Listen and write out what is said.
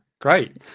Great